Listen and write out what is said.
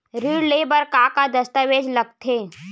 ऋण ले बर का का दस्तावेज लगथे?